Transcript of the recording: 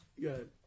good